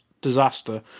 disaster